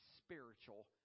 spiritual